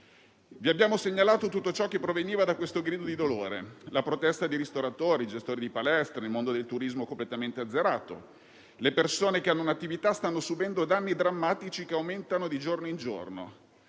Vi abbiamo segnalato tutto ciò che proveniva da questo grido di dolore: la protesta dei ristoratori, dei gestori di palestre, del mondo del turismo completamente azzerato. Le persone che hanno un'attività stanno subendo danni drammatici, che aumentano di giorno in giorno.